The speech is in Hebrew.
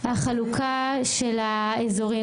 החלוקה של האזורים,